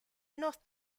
north